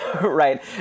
right